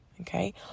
Okay